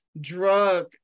drug